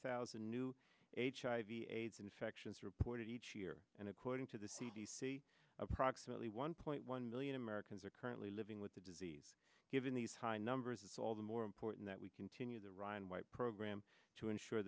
thousand new hiv aids infections reported each year and according to the c d c approximately one point one million americans are currently living with the disease given these high numbers it's all the more important that we continue the ryan white program to ensure